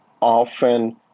often